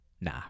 Nah